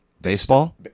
Baseball